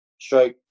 stroke